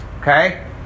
Okay